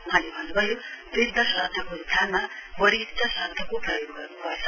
वहाँले भन्नुभयो वृद्ध शब्दको स्थानमा वरिष्ट शब्दको प्रयोग गर्नुपर्छ